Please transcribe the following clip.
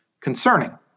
concerning